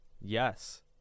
Yes